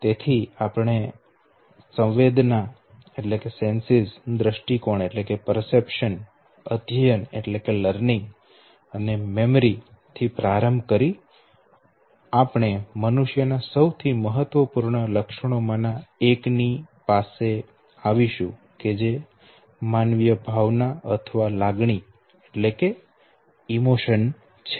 તેથી આપણે સંવેદના દ્રષ્ટિકોણ અધ્યયન મેમરી થી પ્રારંભ કરી અને આપણે મનુષ્ય ના સૌથી મહત્વપૂર્ણ લક્ષણોમાંના એક ની પાસે આવીશું કે જે માનવીય ભાવના અથવા લાગણી છે